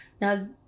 Now